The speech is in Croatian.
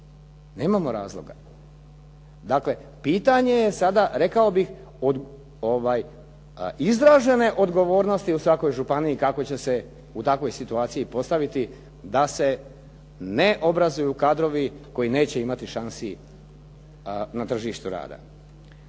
Nemamo razloga. Dakle, pitanje je sada, rekao bih izražene odgovornosti u svakoj županiji kako će se u svakoj županiji postaviti da se ne obrazuju kadrovi koji neće imati šansi na tržištu rada.